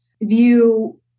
view